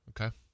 Okay